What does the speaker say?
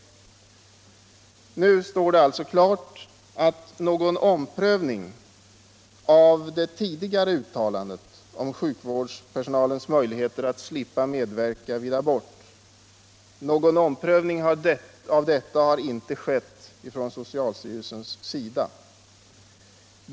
Nu står det alltså klart att någon omprövning av det tidigare uttalandet om sjukvårdspersonalens möjligheter att slippa medverka vid abort inte har skett från socialstyrelsens sida.